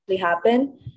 happen